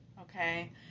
Okay